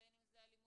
בין אם זה אלימות